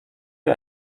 wir